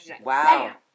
Wow